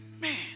man